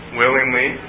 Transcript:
willingly